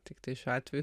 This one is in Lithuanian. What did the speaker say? tiktai šiuo atveju